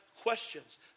questions